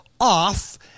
off